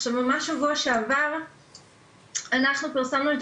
עכשיו ממש שבוע שעבר אנחנו פרסמנו את